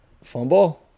Fumble